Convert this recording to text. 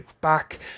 back